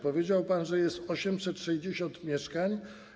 Powiedział pan, że jest 860 mieszkań.